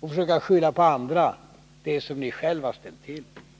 och försöka skylla på andra det som ni själva har ställt till med.